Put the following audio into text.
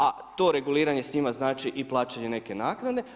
A to reguliranje s njima znači i plaćanje neke naknade.